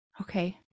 Okay